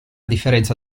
differenza